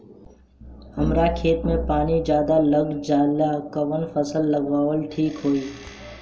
हमरा खेत में पानी ज्यादा लग जाले कवन फसल लगावल ठीक होई?